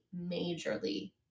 majorly